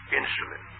insulin